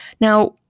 Now